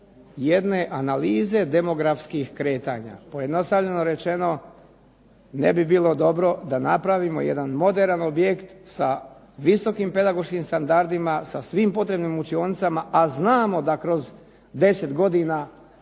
jedne analize demografskih kretanja. Pojednostavljeno rečeno ne bi bilo dobro da napravimo jedan moderan objekt sa visokim pedagoškim standardima, sa svim potrebnim učionicama, a znamo da kroz 10 godina